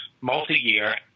multi-year